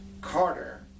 Carter